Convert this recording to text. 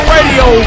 Radio